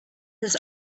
his